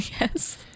yes